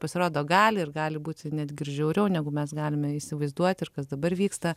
pasirodo gali ir gali būti netgi ir žiauriau negu mes galime įsivaizduoti ir kas dabar vyksta